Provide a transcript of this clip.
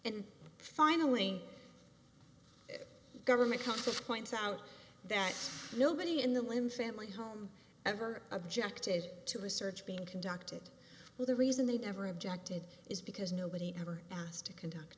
and finally government counsel points out that nobody in the lim family home ever objected to a search being conducted well the reason they never objected is because nobody ever asked to conduct